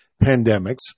pandemics